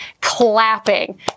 clapping